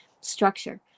structure